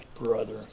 Brother